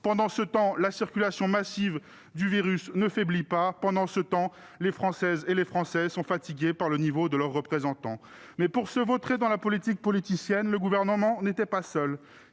Pendant ce temps, la circulation massive du virus ne faiblit pas. Pendant ce temps, les Françaises et les Français sont fatigués par le niveau de leurs représentants. Néanmoins, pour se vautrer dans la politique politicienne, le Gouvernement n'était pas seul.